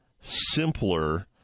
simpler